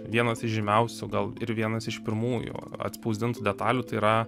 vienas iš žymiausių gal ir vienas iš pirmųjų atspausdintų detalių tai yra